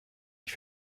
ich